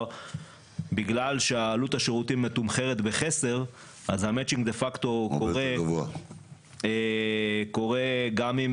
בגלל שעלות השירותים מתומחרת בחסר אז המצ'ינג the factor קורה גם אם